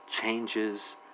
changes